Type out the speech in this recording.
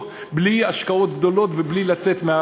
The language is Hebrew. בלי השקעות גדולות ובלי לצאת,